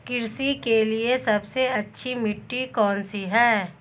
कृषि के लिए सबसे अच्छी मिट्टी कौन सी है?